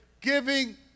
giving